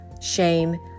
shame